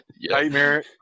Nightmare